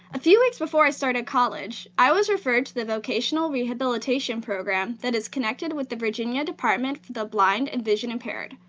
a few weeks before i started college, i was referred to the vocational rehabilitation program that is connected with the virginia department for the blind and vision impaired,